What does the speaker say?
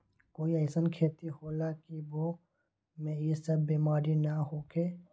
कोई अईसन खेती होला की वो में ई सब बीमारी न होखे?